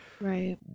right